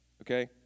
Okay